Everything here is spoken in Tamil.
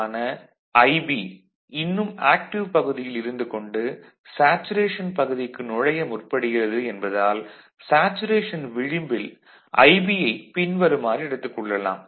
66V இப்போது அடிமனை மின்னோட்டமான IB இன்னும் ஆக்டிவ் பகுதியில் இருந்து கொண்டு சேச்சுரேஷன் பகுதிக்கு நுழைய முற்படுகிறது என்பதால் சேச்சுரேஷன் விளிம்பில் IB ஐப் பின்வருமாறு எடுத்துக் கொள்ளலாம்